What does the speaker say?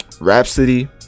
Rhapsody